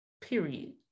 Period